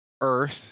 earth